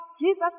Jesus